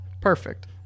Perfect